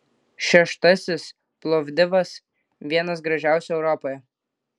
šeštasis plovdivas vienas gražiausių europoje